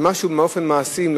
אם באופן מעשי עושים משהו,